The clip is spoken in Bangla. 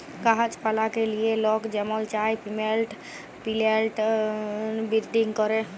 গাহাছ পালাকে লিয়ে লক যেমল চায় পিলেন্ট বিরডিং ক্যরে